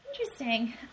Interesting